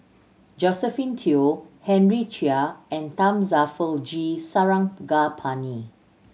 Josephine Teo Henry Chia and Thamizhavel G Sarangapani